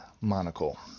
monocle